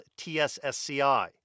TSSCI